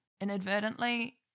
inadvertently